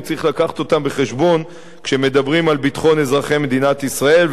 וצריך להביא אותם בחשבון כשמדברים על ביטחון אזרחי מדינת ישראל,